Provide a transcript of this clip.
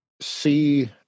see